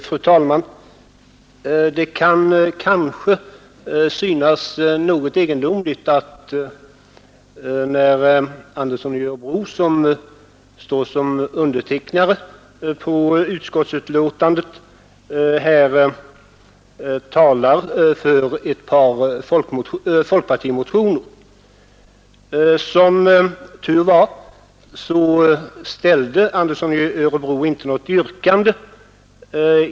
Fru talman! Det kan kanske synas något egendomligt att herr Andersson i Örebro, som står som undertecknare av utskottsutlåtandet, här talar för ett par folkpartimotioner. Som tur var, ställde herr Andersson inte något yrkande.